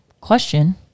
question